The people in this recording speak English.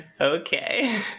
okay